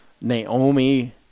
Naomi